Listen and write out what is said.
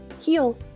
heal